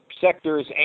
sectors